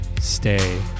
stay